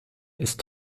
ist